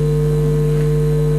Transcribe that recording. דמעה,